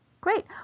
Great